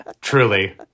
Truly